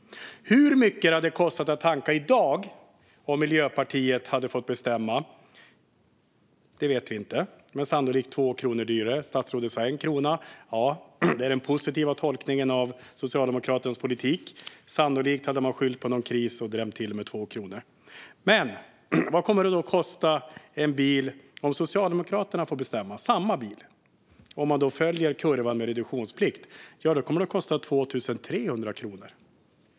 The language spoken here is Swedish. Hur mycket det hade kostat att tanka i dag om Miljöpartiet hade fått bestämma vet vi inte, men det hade sannolikt varit 2 kronor dyrare. Statsrådet sa 1 krona. Ja, det är den positiva tolkningen av Socialdemokraternas politik. Sannolikt hade man skyllt på någon kris och drämt till med 2 kronor. Men vad kommer det att kosta för samma bil om Socialdemokraterna får bestämma och man följer kurvan med reduktionsplikt? Då kommer det att kosta 2 300 kronor.